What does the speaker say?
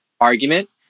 argument